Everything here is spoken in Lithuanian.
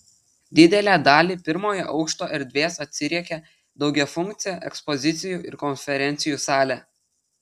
didelę dalį pirmojo aukšto erdvės atsiriekia daugiafunkcė ekspozicijų ir konferencijų salė